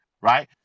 right